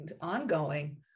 ongoing